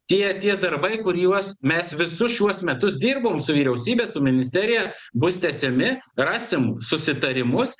tie tie darbai kuriuos mes visus šiuos metus dirbom su vyriausybe su ministerija bus tęsiami rasim susitarimus